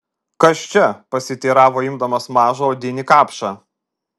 kas čia pasiteiravo imdamas mažą odinį kapšą